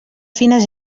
fines